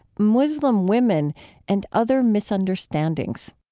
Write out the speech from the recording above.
muslim women and other misunderstandings.